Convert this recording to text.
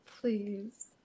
please